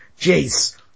Jace